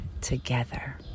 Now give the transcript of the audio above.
together